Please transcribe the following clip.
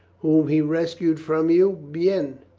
whom he rescued from you? bien!